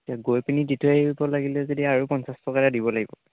তে গৈ পিনে দি থৈ আহিব লাগিলে যদি আৰু পঞ্চাছ টকা এটা দিব লাগিব